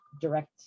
direct